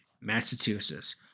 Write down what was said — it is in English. Massachusetts